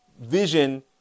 vision